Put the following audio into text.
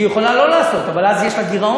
היא יכולה לא לעשות, אבל אז יש לה גירעון.